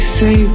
say